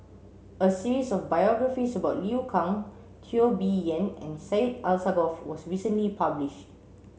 a series of biographies about Liu Kang Teo Bee Yen and Syed Alsagoff was recently published